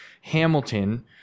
Hamilton